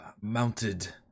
mounted